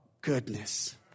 goodness